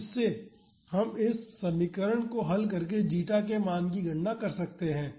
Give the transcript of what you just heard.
तो इससे हम इस समीकरण को हल करके जीटा के मानकी गणना कर सकते हैं